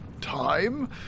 time